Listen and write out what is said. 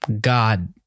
god